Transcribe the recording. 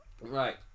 Right